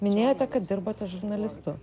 minėjote kad dirbote žurnalistu